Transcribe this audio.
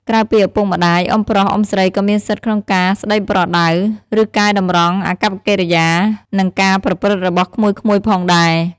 ក្រៅពីឪពុកម្ដាយ អ៊ុំប្រុស អ៊ុំស្រីក៏មានសិទ្ធិក្នុងការស្ដីប្រដៅ ឬកែតម្រង់អាកប្បកិរិយា និងការប្រព្រឹត្តរបស់ក្មួយៗផងដែរ។